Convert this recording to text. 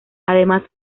además